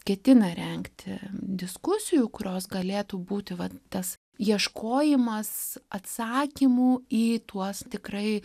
ketina rengti diskusijų kurios galėtų būti vat tas ieškojimas atsakymų į tuos tikrai